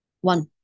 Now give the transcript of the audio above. one